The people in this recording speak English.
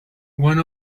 one